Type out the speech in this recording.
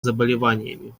заболеваниями